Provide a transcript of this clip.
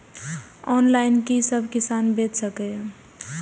Online कि सब किसान बैच सके ये?